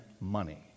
money